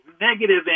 negative